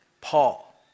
Paul